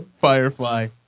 Firefly